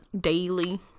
daily